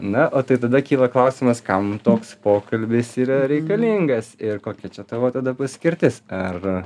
na o tai tada kyla klausimas kam toks pokalbis yra reikalingas ir kokia čia tavo tada paskirtis ar